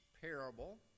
parable